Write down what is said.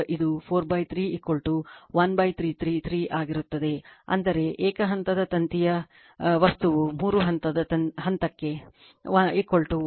333 ಆಗಿರುತ್ತದೆ ಅಂದರೆ ಏಕ ಹಂತದ ತಂತಿಯ ವಸ್ತುವು ಮೂರು ಹಂತದ ಹಂತಕ್ಕೆ 1